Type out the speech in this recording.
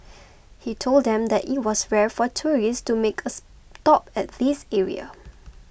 he told them that it was rare for tourists to make a stop at this area